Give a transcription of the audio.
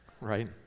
right